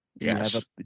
Yes